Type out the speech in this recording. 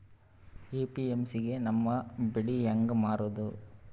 APMC ಗೆ ನಮ್ಮ ಬೆಳಿ ಹೆಂಗ ಮಾರೊದ?